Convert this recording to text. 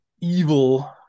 evil